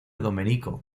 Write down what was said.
domenico